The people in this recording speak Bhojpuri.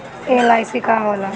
एल.आई.सी का होला?